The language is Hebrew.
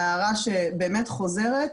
ההערה שחוזרת,